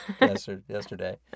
yesterday